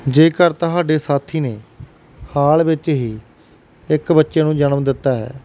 ਜੇਕਰ ਤੁਹਾਡੇ ਸਾਥੀ ਨੇ ਹਾਲ ਵਿੱਚ ਹੀ ਇੱਕ ਬੱਚੇ ਨੂੰ ਜਨਮ ਦਿੱਤਾ ਹੈ